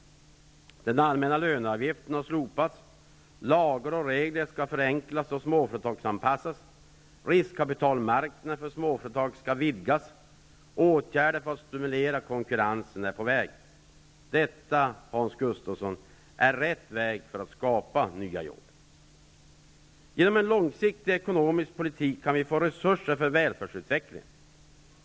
Den allmänna löneavgiften har slopats. Lagar och regler skall förenklas och småföretagsanpassas. Riskkapitalmarknaden för småföretag skall vidgas. Åtgärder för att stimulera konkurrensen är på väg. Det, Hans Gustafsson, är den rätta vägen när det gäller att skapa nya jobb. Genom en långsiktig ekonomisk politik kan vi få resurser för välfärdsutvecklingen.